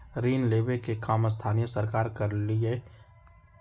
ऋण लेवे के काम स्थानीय सरकार करअलई